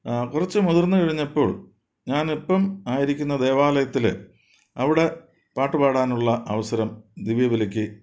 കുറച്ച് മുതിർന്ന് കഴിഞ്ഞപ്പോൾ ഞാനിപ്പം ആയിരിക്കുന്ന ദേവാലയത്തിൽ അവിടെ പാട്ട് പാടാനുള്ള അവസരം ദിവ്യവിളിക്ക്